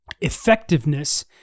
effectiveness